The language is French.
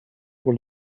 pour